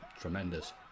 tremendous